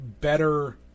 better